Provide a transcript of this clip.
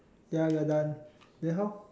ya ya we are done then how